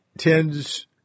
tends